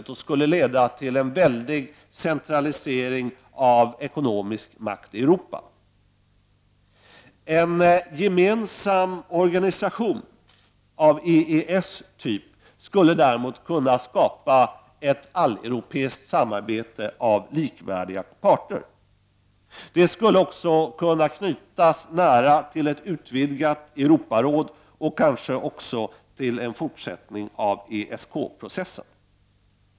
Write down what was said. Det skulle leda till en väldig centralisering av ekonomisk makt i Europa. En gemensam organisation av EES typ skulle däremot kunna skapa ett alleuropeiskt samarbete mellan likvärdiga parter som nära skulle kunna knytas till ett utvidgat Europaråd och kanske också till en fortsättning på ESK processen.